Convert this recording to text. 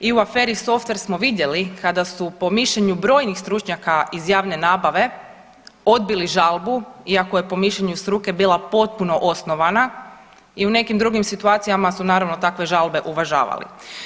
I u aferi softver smo vidjeli kada su po mišljenju brojnih stručnjaka iz javne nabave odbili žalbu iako je po mišljenju struke bila potpuno osnovana i u nekim drugim situacijama su naravno takve žalbe uvažavali.